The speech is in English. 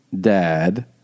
dad